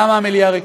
למה המליאה ריקה.